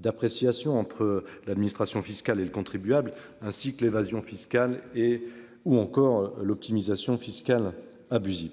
d'appréciation entre l'administration fiscale et le contribuable ainsi que l'évasion fiscale et ou encore l'optimisation fiscale abusive.